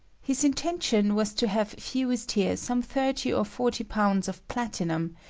his intention was to have fused here some thirty or forty pounds of platinum,